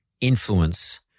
influence